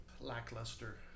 lackluster